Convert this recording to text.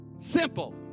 Simple